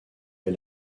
est